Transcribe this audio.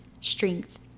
strength